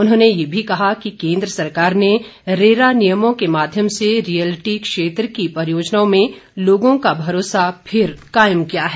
उन्होंने ये भी कहा कि केंद्र सरकार ने रेरा नियमों के माध्यम से रियल्टी क्षेत्र की परियोजनाओं में लोगों का भरोसा फिर कायम किया है